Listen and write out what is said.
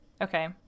Okay